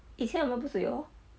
以前我们不是有